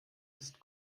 ist